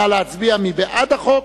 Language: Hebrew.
נא להצביע, מי בעד החוק?